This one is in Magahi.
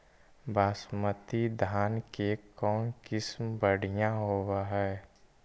बासमती धान के कौन किसम बँढ़िया होब है?